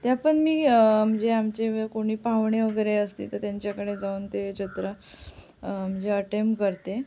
त्या पण मी मजे आमचे व कोणी पाव्हणे वगैरे असतील तर त्यांच्याकडे जाऊन ते जत्रा म्हणजे अटेम करते